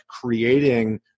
creating